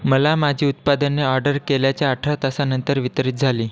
मला माझी उत्पादने ऑडर केल्याच्या अठरा तासानंतर वितरित झाली